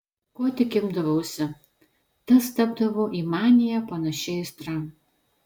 ko tik imdavausi tas tapdavo į maniją panašia aistra